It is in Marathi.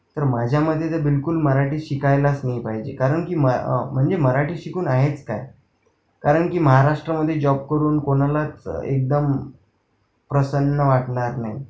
तर माझ्यामते द बिलकुल मराठी शिकायलाच नाही पाहिजे कारण की म म्हणजे मराठी शिकून आहेच काय कारण की महाराष्ट्रामध्ये जॉब करून कोणालाच एकदम प्रसन्न वाटणार नाही